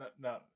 no